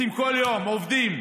יוצאים כל יום, עובדים,